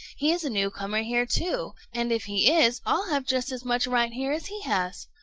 he is a new comer here, too, and if he is, i'll have just as much right here as he has.